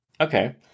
Okay